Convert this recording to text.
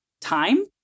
Time